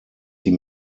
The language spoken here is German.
sie